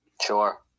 Sure